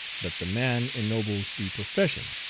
but the man ennobles the profession